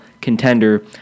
contender